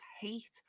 hate